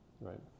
right